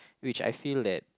which I feel that